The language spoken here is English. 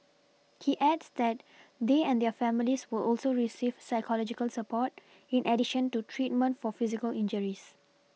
he adds that they and their families will also receive psychological support in addition to treatment for physical injuries